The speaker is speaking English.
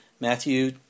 Matthew